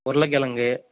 உருளைக்கெலங்கு